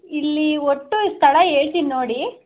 ಇಲ್ಲಿ ಒಟ್ಟು ಸ್ಥಳ ಹೇಳ್ತಿನ್ ನೋಡಿ